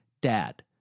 DAD